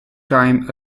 time